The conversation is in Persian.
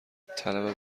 طلب